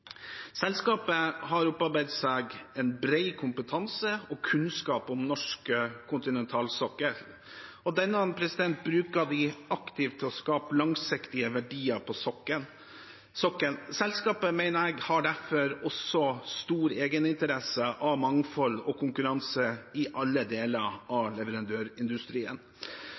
Selskapet har opparbeidet seg en bred kompetanse og kunnskap om norsk kontinentalsokkel, og denne bruker vi aktivt til å skape langsiktige verdier på sokkelen. Selskapet, mener jeg, har derfor også stor egeninteresse av mangfold og konkurranse i alle deler av leverandørindustrien.